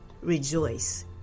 rejoice